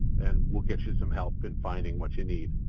and we'll get you some help in finding what you need.